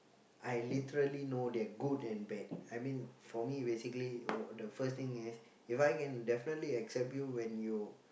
I literally know their good and bad I mean for me basically w~ the first thing is if I can definitely accept you when you